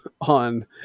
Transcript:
on